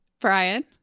Brian